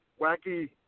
wacky